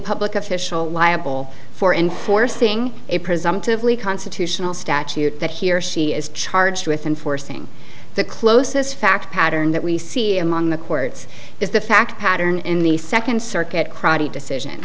public official liable for enforcing a presumptively constitutional statute that he or she is charged with enforcing the closest fact pattern that we see among the courts is the fact pattern in the second circuit crotty decision